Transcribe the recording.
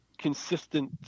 Consistent